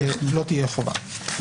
לא תהיה חובה.